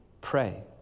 pray